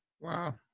Wow